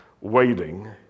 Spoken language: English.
waiting